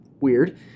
weird